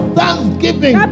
thanksgiving